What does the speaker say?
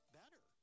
better